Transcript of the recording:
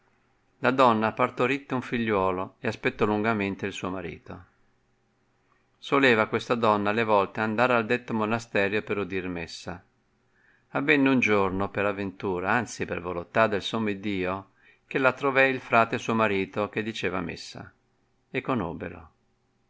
la donna partoritte un figliuolo ed aspettò lungamente il suo marito soleva questa donna alle volte andar al detto raonasterio per udir messa avenne un giorno per aventura anzi per volontà del sommo iddio che la trové il frate suo marito che diceva messa e conobbelo